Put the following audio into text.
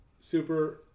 super